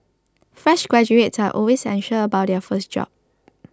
fresh graduates are always anxious about their first job